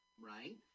right